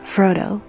Frodo